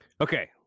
okay